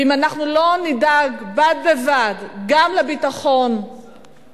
ואם אנחנו לא נדאג בד בבד גם לביטחון האישי